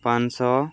ପାଞ୍ଚଶହ